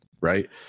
Right